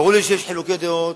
ברור לי שיש חילוקי דעות,